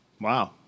Wow